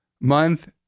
month